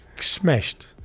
smashed